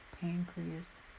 pancreas